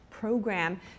Program